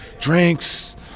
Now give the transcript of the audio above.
drinks